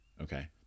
Okay